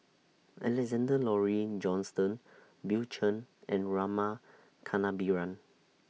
Alexander Laurie Johnston Bill Chen and Rama Kannabiran